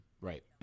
right